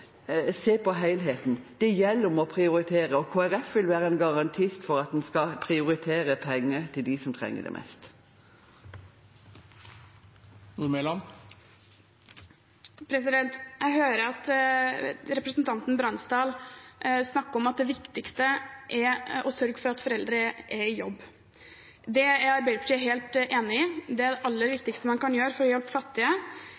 se på helheten. Det gjelder å prioritere. Kristelig Folkeparti vil være en garantist for at man skal prioritere penger til dem som trenger det mest. Jeg hører at representanten Bransdal snakker om at det viktigste er å sørge for at foreldre er i jobb. Det er Arbeiderpartiet helt enig i, det er det aller